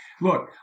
Look